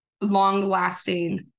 long-lasting